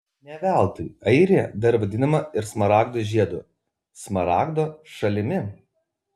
ne veltui airija dar vadinama ir smaragdo žiedu smaragdo šalimi